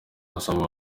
asaba